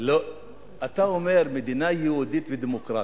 אתה אומר: מדינה יהודית ודמוקרטית.